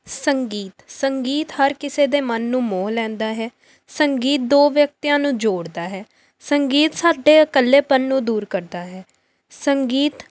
ਸੰਗੀਤ ਸੰਗੀਤ ਹਰ ਕਿਸੇ ਦੇ ਮਨ ਨੂੰ ਮੋਹ ਲੈਂਦਾ ਹੈ ਸੰਗੀਤ ਦੋ ਵਿਅਕਤੀਆਂ ਨੂੰ ਜੋੜਦਾ ਹੈ ਸੰਗੀਤ ਸਾਡੇ ਇਕੱਲੇਪਣ ਨੂੰ ਦੂਰ ਕਰਦਾ ਹੈ ਸੰਗੀਤ